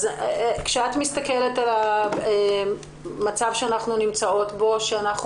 כשאת מסתכלת על המצב שאנחנו נמצאים בו כשאנחנו